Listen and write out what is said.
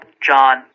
John